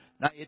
Now